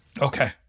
Okay